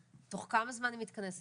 תוך כמה זמן היא מתכנסת?